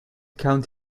count